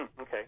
okay